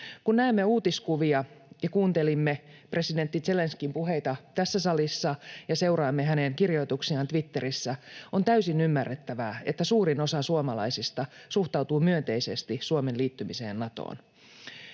Kun näemme uutiskuvia ja kuuntelimme presidentti Zelenskyin puheita tässä salissa ja seuraamme hänen kirjoituksiaan Twitterissä, on täysin ymmärrettävää, että suurin osa suomalaisista suhtautuu myönteisesti Suomen liittymiseen Natoon.